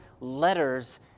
letters